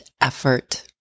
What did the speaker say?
effort